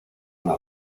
una